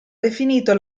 definito